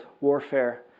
warfare